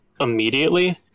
immediately